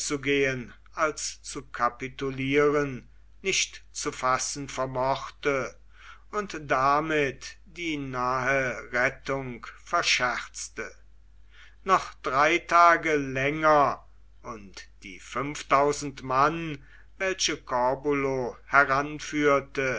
als zu kapitulieren nicht zu fassen vermochte und damit die nahe rettung verscherzte noch drei tage länger und die mann welche corbulo